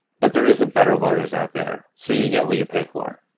but there isn't better lawyers out there. so you get what you pay for.